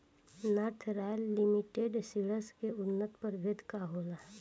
North Royal Limited Seeds के उन्नत प्रभेद का होला?